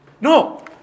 No